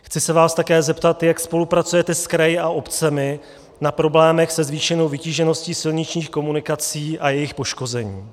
Chci se vás také zeptat, jak spolupracujete s kraji a obcemi na problémech se zvýšenou vytížeností silničních komunikací a jejich poškození.